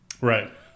Right